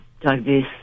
diverse